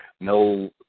no